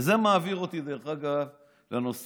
וזה מעביר אותי לנושא